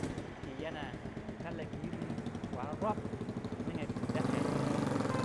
Yi yana yi ta laki yiri warrop yi ninga ti dayai.